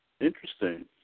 Interesting